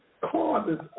causes